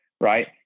right